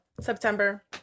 September